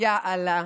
יא אללה,